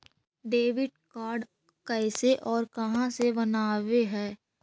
Debit card कैसे और कहां से बनाबे है?